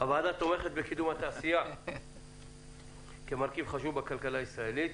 הוועדה תומכת בקידום התעשייה כמרכיב חשוב בכלכלה הישראלית